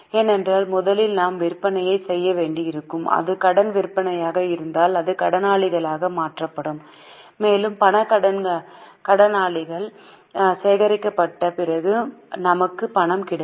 ஏனென்றால் முதலில் நாம் விற்பனையைச் செய்ய வேண்டியிருக்கும் அது கடன் விற்பனையாக இருந்தால் அது கடனாளிகளாக மாற்றப்படும் மேலும் பணக் கடனாளிகள் சேகரிக்கப்பட்ட பிறகு நமக்கு பணம் கிடைக்கும்